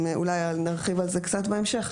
אולי נרחיב על זה קצת בהמשך,